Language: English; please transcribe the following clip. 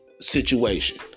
situation